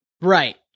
right